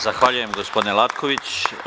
Zahvaljujem gospodine Lakoviću.